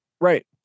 Right